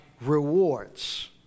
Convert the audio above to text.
rewards